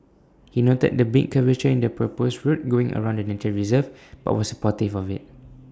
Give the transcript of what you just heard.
he noted the big curvature in the proposed route going around the nature reserve but was supportive of IT